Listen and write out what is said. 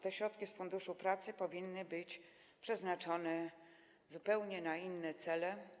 Te środki z Funduszu Pracy powinny być przeznaczone na zupełnie inne cele.